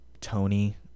Tony